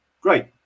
great